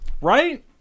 Right